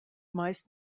meist